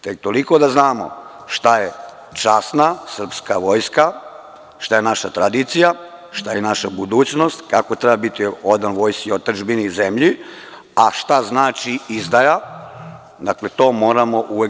Tek toliko da znamo šta je časna srpska vojska, šta je naša tradicija, šta je naša budućnost, kako treba biti odan vojsci i otadžbini i zemlji, a šta znači izdaje, to moramo uvek